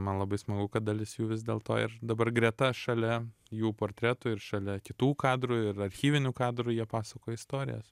man labai smagu kad dalis jų vis dėlto ir dabar greta šalia jų portretų ir šalia kitų kadrų ir archyvinių kadrų jie pasakoja istorijas